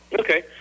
Okay